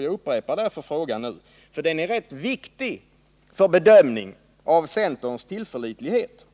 Jag upprepar därför frågan nu, för den är rätt viktig för bedömningen av centerns tillförlitlighet: